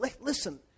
listen